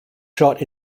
shot